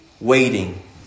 waiting